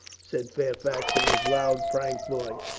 said fairfax in his loud frank voice.